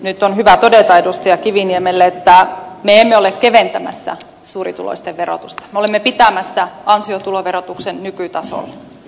nyt on hyvä todeta edustaja kiviniemelle että me emme ole keventämässä suurituloisten verotusta me olemme pitämässä ansiotuloverotuksen nykytasolla